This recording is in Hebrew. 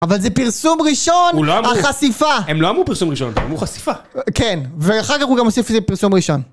אבל זה פרסום ראשון, החשיפה. הם לא אמרו פרסום ראשון, הם אמרו חשיפה. כן, ואחר כך הוא גם הוסיף לזה "פרסום ראשון".